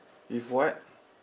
if what